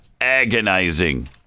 agonizing